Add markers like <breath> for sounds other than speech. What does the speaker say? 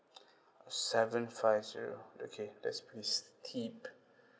<breath> seven five zero okay that's pretty steep